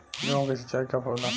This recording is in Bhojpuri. गेहूं के सिंचाई कब होला?